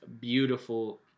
beautiful